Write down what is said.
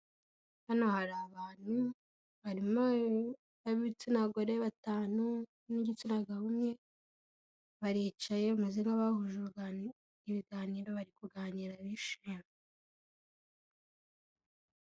Hano hari abantu harimo ab'igitsina gore batanu n'uw'igitsina gabo umwe baricaye bameza nk'abahuje ibiganiro bari kuganira bishimye.